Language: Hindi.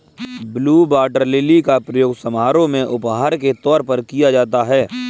ब्लू वॉटर लिली का प्रयोग समारोह में उपहार के तौर पर किया जाता है